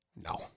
No